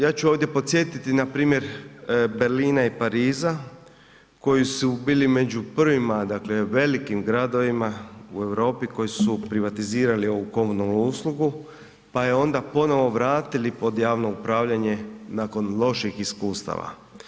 Ja ću ovdje podsjetiti na primjer Berlina i Pariza koji su bili među prvima dakle velikim gradovima u Europi koji su privatizirali ovu komunalnu uslugu pa je onda ponovo vratili pod javno upravljanje nakon loših iskustava.